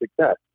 success